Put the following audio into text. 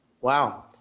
Wow